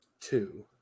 Two